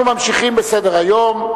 אנחנו ממשיכים בסדר-היום.